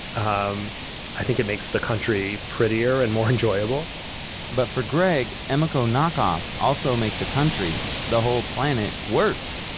um i think it makes the country prettier and more enjoyable but for gregg, emeco knock offs also make the country, the whole planet, worse,